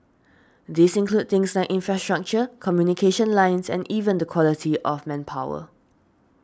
these include things like infrastructure communication lines and even the quality of manpower